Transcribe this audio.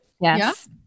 Yes